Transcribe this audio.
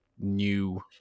new